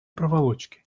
проволочки